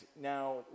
now